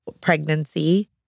pregnancy